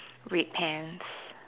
red pants